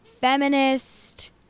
feminist